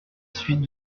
suite